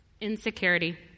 Insecurity